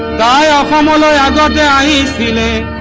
da um ah da ah da da da